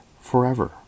forever